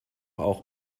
auch